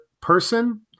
person